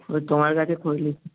ওই তোমার কাছে খোঁজ নিচ্ছি